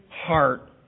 heart